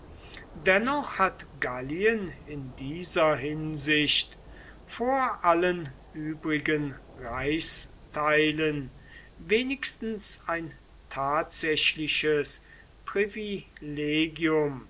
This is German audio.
dennoch hat gallien in dieser hinsicht vor allen übrigen reichsteilen wenigstens ein tatsächliches privilegium